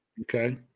Okay